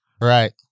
right